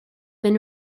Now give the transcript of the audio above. been